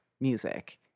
music